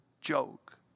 joke